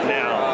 now